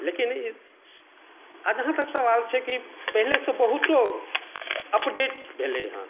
लेकिन ई जहाँ तक सवाल छै कि पहिलेसँ बहुतो अपडेट भेलै हँ